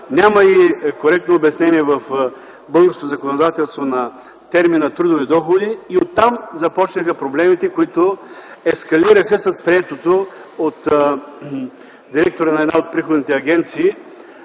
няма и коректно обяснение в българското законодателство на термина „трудови доходи”. Оттам започнаха проблемите, които ескалираха с приетото от директора на една от приходните агенции